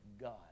God